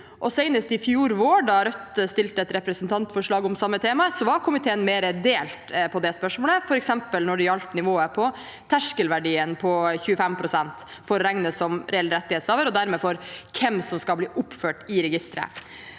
senest i fjor vår, da Rødt la fram et representantforslag om samme tema, var komiteen mer delt i det spørsmålet, f.eks. når det gjaldt nivået på 25 pst. på terskelverdien for å regnes som reell rettighetshaver, og dermed for hvem som skal bli oppført i registeret.